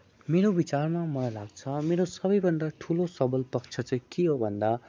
मेरो बिचारमा मलाई लाग्छ मेरो सबै भन्दा ठुलो सबल पक्ष चाहिँ के हो भन्दा